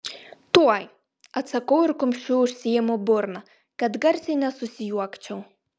tuoj atsakau ir kumščiu užsiimu burną kad garsiai nesusijuokčiau